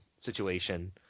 situation